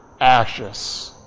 ashes